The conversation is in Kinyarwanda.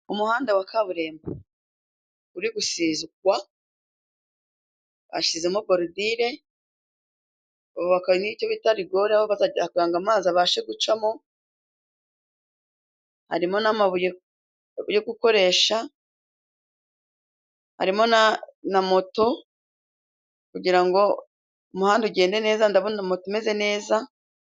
Umuhanda wa kaburimbo uri gusizwa ，bashyizemo borudire， bubaka n’icyo bita regore kugira ngo amazi abashe gucamo，harimo n'amabuye yo gukoresha，harimo na moto kugira ngo umuhanda ugende neza，ndabona moto imeze neza.....